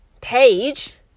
page